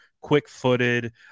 quick-footed